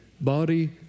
body